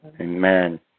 Amen